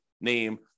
name